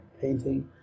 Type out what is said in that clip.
painting